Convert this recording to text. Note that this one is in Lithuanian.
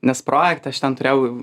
nes projekte aš ten turėjau